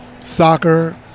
soccer